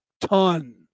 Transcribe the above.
ton